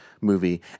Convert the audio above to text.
movie